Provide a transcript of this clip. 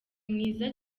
mwiza